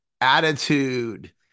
attitude